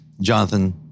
Jonathan